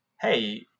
hey